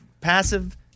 passive